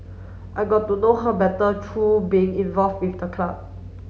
I got to know her better through being involve with the club